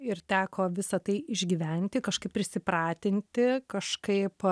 ir teko visa tai išgyventi kažkaip prisipratinti kažkaip